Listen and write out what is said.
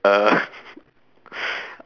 (uh